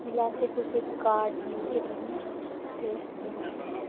जिसलै अस कुसै गी कार्ड लिखियै दिन्ने ते